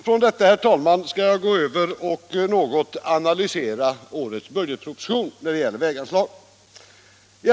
Från detta, herr talman, skall jag gå över till att något analysera årets budgetproposition när det gäller väganslagen.